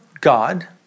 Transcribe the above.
God